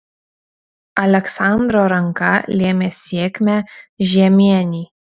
aleksandro ranka lėmė sėkmę žiemienei